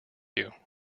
you